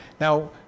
Now